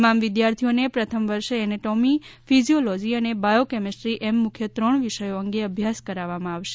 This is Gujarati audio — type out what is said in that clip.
તમામ વિદ્યાર્થીઓને પ્રથમ વર્ષે એનેટોમી ફિઝિયોલોજી અને બાયો કેમેસ્ટ્રી એમ મુખ્ય ત્રણ વિષયો અંગે અભ્યાસ કરાવવામાં આવશે